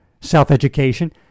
self-education